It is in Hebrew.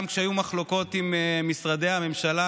גם כשהיו מחלוקות עם משרדי הממשלה,